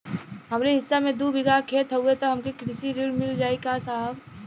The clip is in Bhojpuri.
हमरे हिस्सा मे दू बिगहा खेत हउए त हमके कृषि ऋण मिल जाई साहब?